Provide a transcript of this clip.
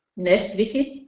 next, vickie.